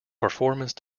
performance